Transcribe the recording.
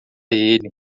ele